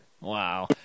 Wow